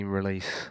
release